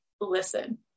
listen